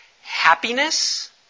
Happiness